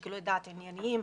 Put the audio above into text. שיקולי דעת ענייניים,